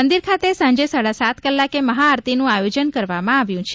મંદિર ખાતે સાંજે સાડા સાત કલાકે મહાઆરતીનું આયોજન કરવામા આવ્યું છે